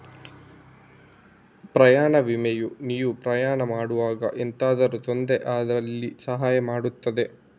ಪ್ರಯಾಣ ವಿಮೆಯು ನೀವು ಪ್ರಯಾಣ ಮಾಡುವಾಗ ಎಂತಾದ್ರೂ ತೊಂದ್ರೆ ಆದಲ್ಲಿ ಸಹಾಯ ಮಾಡ್ತದೆ